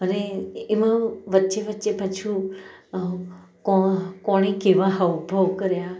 અને એમાં વચ્ચે વચ્ચે પાછું કોણે કેવાં હાવભાવ કર્યાં